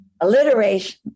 alliteration